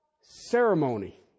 ceremony